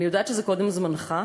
אני יודעת שזה קודם זמנך,